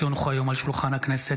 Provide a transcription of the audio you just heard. כי הונחו היום על שולחן הכנסת,